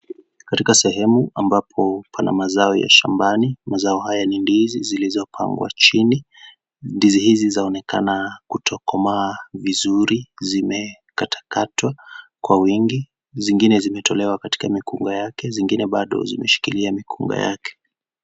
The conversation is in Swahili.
Katika sehemu ambapo pana mazao ya shambani, mazao haya ni ndizi zilizopangwa chini , ndizi hizi zaonekana kutokamaa vizuri zimekatakatwa kwa wingi zingine zimeyolewa katika mikunga yake zingine bado zimeshikilia mikunga yake .